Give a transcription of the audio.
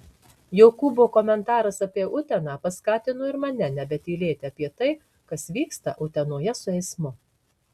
jokūbo komentaras apie uteną paskatino ir mane nebetylėti apie tai kas vyksta utenoje su eismu